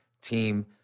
team